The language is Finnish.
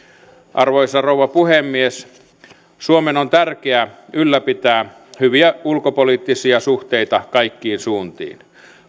arvoisa rouva puhemies suomen on tärkeää ylläpitää hyviä ulkopoliittisia suhteita kaikkiin suuntiin